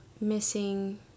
missing